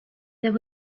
there